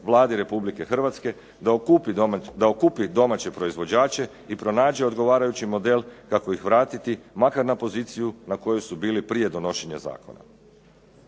Vladi Republike Hrvatske da okupi domaće proizvođače i pronađe odgovarajući model kako ih vratiti makar na poziciju na kojoj su bili prije donošenja Zakona.